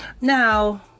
Now